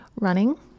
Running